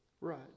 Right